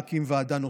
נחמד להקים ועדות,